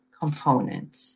component